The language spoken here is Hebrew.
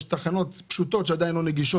יש תחנות פשוטות שעדיין לא נגישות.